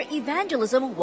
evangelism